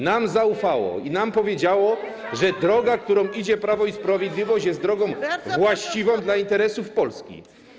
nam zaufało i nam powiedziało, że droga, którą idzie Prawo i Sprawiedliwość, jest drogą właściwą dla interesów Polski.